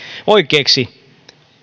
oikeaksi